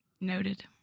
Noted